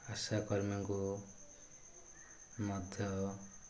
ଆଶାକର୍ମୀଙ୍କୁ ମଧ୍ୟ